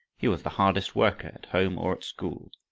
he was the hardest worker at home or at school,